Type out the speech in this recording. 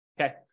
okay